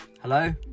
hello